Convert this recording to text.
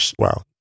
wow